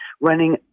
running